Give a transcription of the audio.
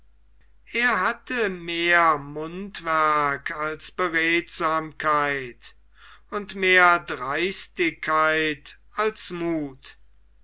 er hatte mehr mundwerk als beredsamkeit und mehr dreistigkeit als muth